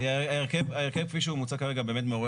ההרכב כפי שהוא מוצע כרגע באמת מעורר